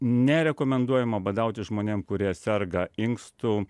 nerekomenduojama badauti žmonėm kurie serga inkstų